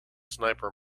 sniper